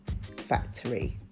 factory